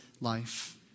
life